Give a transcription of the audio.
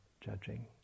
judging